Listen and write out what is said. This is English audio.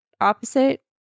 opposite